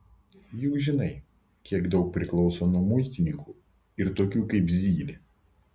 juk žinai kiek daug priklauso nuo muitininkų ir tokių kaip zylė